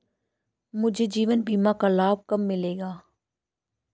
मुझे जीवन बीमा का लाभ कब मिलेगा?